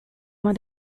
más